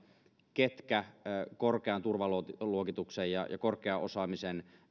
ketkä korkean turvaluokituksen ja korkean osaamisen